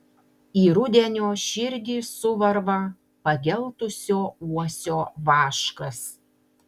į rudenio širdį suvarva pageltusio uosio vaškas